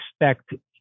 expect